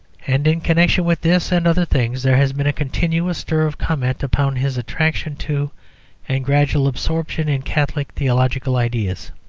and, in connection with this and other things, there has been a continuous stir of comment upon his attraction to and gradual absorption in catholic theological ideas.